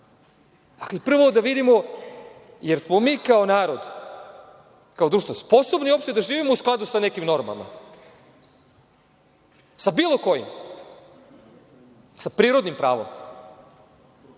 to. Dakle, prvo da vidimo da li smo mi kao narod, kao društvo sposobni uopšte da živimo u skladu sa nekim normama, sa bilo kojim? Sa prirodnim pravom,